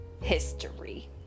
history